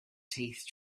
teeth